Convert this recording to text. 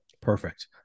Perfect